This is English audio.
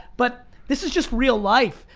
but this is just real life.